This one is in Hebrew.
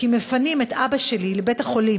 כי מפנים את אבא שלי לבית-חולים.